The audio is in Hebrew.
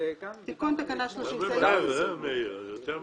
אתה ממהר יותר ממני.